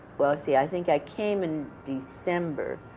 well, see, i think i came in december,